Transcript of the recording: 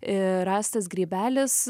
ir rastas grybelis